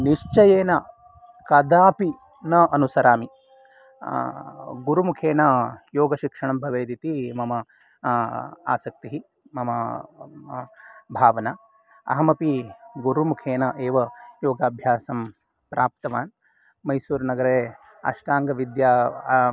निश्चयेन कदापि न अनुसरामि गुरुमुखेन योगशिक्षणं भवेत् इति मम आसक्तिः मम भावना अहमपि गुरुमुखेन एव योगाभ्यासं प्राप्तवान् मैसूरनगरे अष्टाङ्गविद्या